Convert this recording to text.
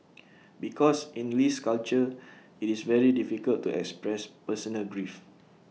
because in Lee's culture IT is very difficult to express personal grief